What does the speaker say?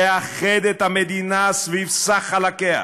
לאחד את המדינה סביב סך חלקיה,